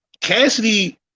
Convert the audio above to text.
Cassidy